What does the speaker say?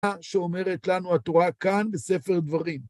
מה שאומרת לנו התורה כאן בספר דברים.